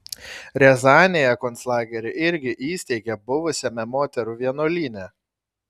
riazanėje konclagerį irgi įsteigė buvusiame moterų vienuolyne